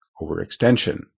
Overextension